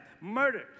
murder